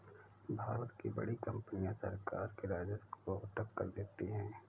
भारत की बड़ी कंपनियां सरकार के राजस्व को टक्कर देती हैं